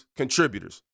contributors